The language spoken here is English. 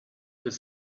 could